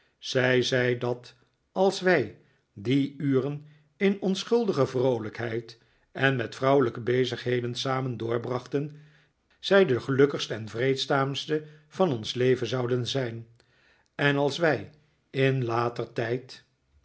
zij zei dat als wij die uren in onschuldige vroolijkheid en met vrouwelijke bezigheden samen doorbrachten zij de gelukkigste en vreedzaamste van ons leven zouden zijn en als wij in later tijd